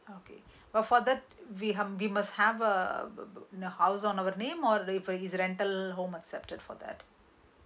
okay uh for that we humbly was half uh the house on our name or the river is rental home except for that